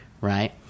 right